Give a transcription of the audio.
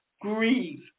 grieve